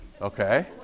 okay